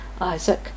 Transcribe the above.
Isaac